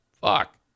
Fuck